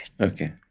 Okay